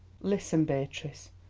listen, beatrice,